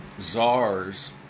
czars